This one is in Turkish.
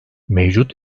mevcut